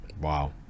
Wow